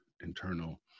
internal